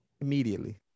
Immediately